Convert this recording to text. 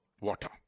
water